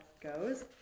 goes